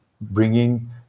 bringing